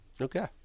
Okay